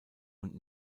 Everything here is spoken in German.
und